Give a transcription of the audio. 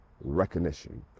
recognition